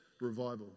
revival